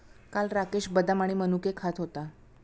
काल राकेश बदाम आणि मनुके खात होता